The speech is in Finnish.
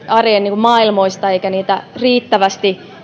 arjen maailmoista eikä niitä riittävästi